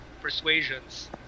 persuasions